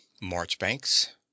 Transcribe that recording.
Marchbanks